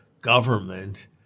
government